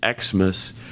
Xmas